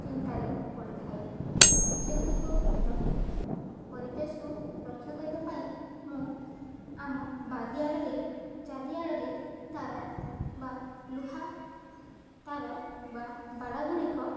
ଚିନ୍ତାରେ ପଡ଼ିଥାଏ ସେଗୁଡ଼ିକ ପରିବେଶରୁ ରକ୍ଷା କରିବା ପାଇଁ ମୁଁ ଆମ ବାରିଆଡ଼ରେ ଚାରିଆଡ଼ରେ ତାର ବା ଲୁହା ତାର ବା ବାଡ଼ ଗୁଡ଼ିକ